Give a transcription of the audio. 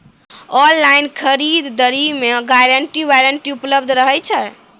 Online खरीद दरी मे गारंटी वारंटी उपलब्ध रहे छै?